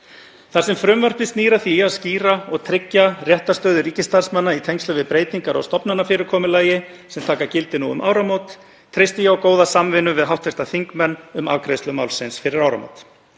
Þar sem frumvarpið snýr að því að skýra og tryggja réttarstöðu ríkisstarfsmanna í tengslum við breytingar á stofnanafyrirkomulagi sem taka gildi nú um áramót treysti ég á góða samvinnu við hv. þingmenn um afgreiðslu málsins fyrir áramót.